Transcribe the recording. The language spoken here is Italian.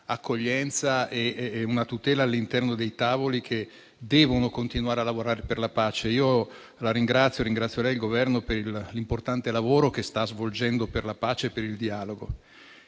un'accoglienza e una tutela all'interno dei tavoli che devono continuare a lavorare per la pace. Ringrazio lei e il Governo per l'importante lavoro che state svolgendo per la pace e per il dialogo.